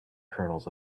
kernels